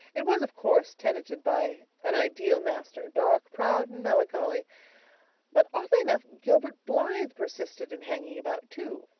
it was, of course, tenanted by an ideal master, dark, proud, and melancholy but oddly enough, gilbert blythe persisted in hanging about too,